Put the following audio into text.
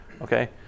Okay